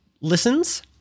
listens